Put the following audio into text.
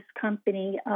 company